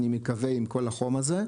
אני מקווה עם כל החום הזה,